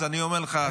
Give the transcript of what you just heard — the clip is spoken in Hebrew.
אז אני אומר לך,